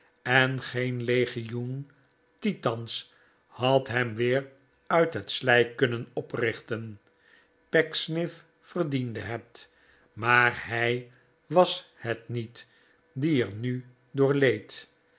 en geen legioen titans had hem weer uit het slijk kunnen oprichten pecksniff verdiende het maar h ij was het niet die er nu door leed